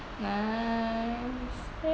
nice